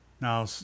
Now